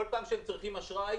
כל פעם שהם צריכים אשראי,